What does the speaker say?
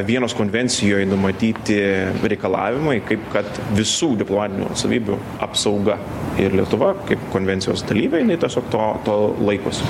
vienos konvencijoj numatyti reikalavimai kaip kad visų diplomatinių atstovybių apsauga ir lietuva kaip konvencijos dalyvė jinai tiesiog to to laikosi